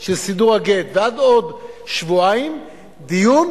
של סידור הגט ועד עוד שבועיים, דיון